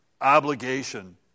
obligation